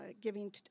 giving